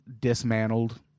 dismantled